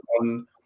on